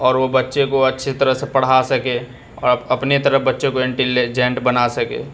اور وہ بچے کو اچھی طرح سے پڑھا سکے اور اپ اپنے طرح بچے کو انٹیلیجینٹ بنا سکے